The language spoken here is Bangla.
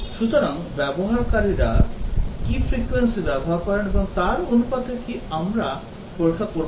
সুতরাং ব্যবহারকারীরা কি ফ্রিকোয়েন্সিতে ব্যবহার করেন তার অনুপাতে কি আমরা পরীক্ষা করব